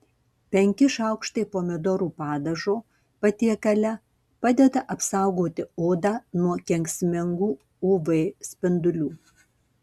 penki šaukštai pomidorų padažo patiekale padeda apsaugoti odą nuo kenksmingų uv spindulių